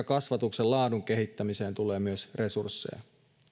kasvatuksen laadun kehittämiseen tulee myös resursseja